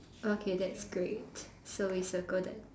okay that's great so we circle that